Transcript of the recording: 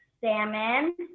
salmon